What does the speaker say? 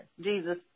Jesus